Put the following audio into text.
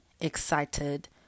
excited